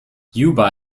juba